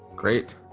great